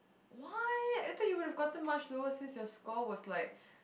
why I thought you would gotten much lower since your score was like